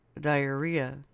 diarrhea